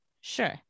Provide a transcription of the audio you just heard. Sure